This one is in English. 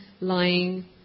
lying